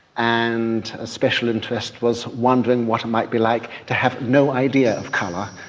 and a special interest was wondering what it might be like to have no idea of colour.